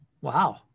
Wow